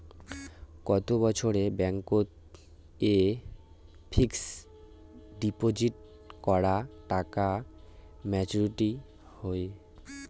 কত বছরে ব্যাংক এ ফিক্সড ডিপোজিট করা টাকা মেচুউরিটি হয়?